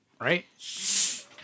right